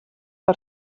per